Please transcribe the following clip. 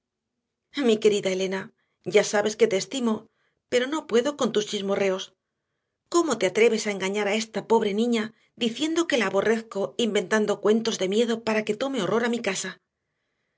mi querida elena ya sabes que te estimo pero no puedo con tus chismorreos cómo te atreves a engañar a esta pobre niña diciendo que la aborrezco e inventando cuentos de miedo para que tome horror a mi casa